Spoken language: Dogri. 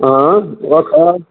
हां ओह् आक्खा दा हा